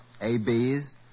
ABs